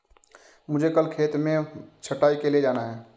मुझे कल खेत में छटाई के लिए जाना है